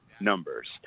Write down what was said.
numbers